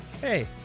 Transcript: Hey